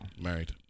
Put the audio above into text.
Married